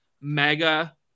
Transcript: Mega